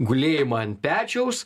gulėjimą ant pečiaus